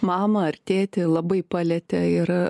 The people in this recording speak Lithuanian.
mamą ar tėtį labai palietė ir